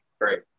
great